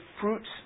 fruits